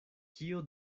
kio